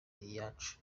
iyacu